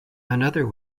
another